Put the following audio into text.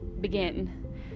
begin